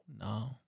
No